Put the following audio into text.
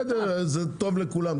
זה טוב לכולם.